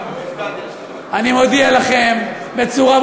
אני מודיע לכם בצורה,